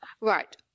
Right